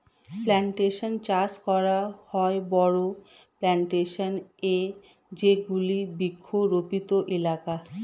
plantation চাষ করা হয় বড়ো প্লানটেশন এ যেগুলি বৃক্ষরোপিত এলাকা